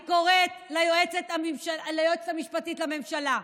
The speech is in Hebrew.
אני קוראת ליועצת המשפטית לממשלה,